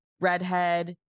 redhead